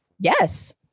Yes